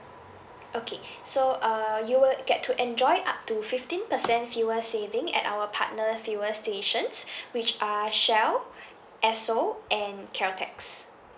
okay so uh you will get to enjoy up to fifteen percent fuel saving at our partner fuel stations which are Shell Esso and Caltex